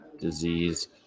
disease